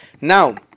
Now